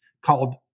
called